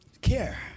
Care